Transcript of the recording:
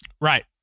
Right